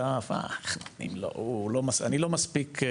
האף 'איך נותנים לו?' אני לא מספיק.